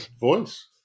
voice